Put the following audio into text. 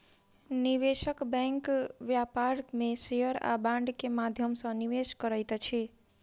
निवेशक बैंक व्यापार में शेयर आ बांड के माध्यम सॅ निवेश करैत अछि